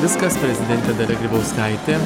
viskas prezidentė dalia grybauskaitė